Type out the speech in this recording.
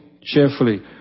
Cheerfully